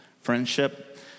Friendship